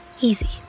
Easy